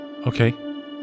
Okay